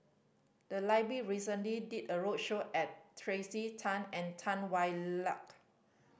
the library recently did a roadshow at Tracey Tan and Tan Hwa Luck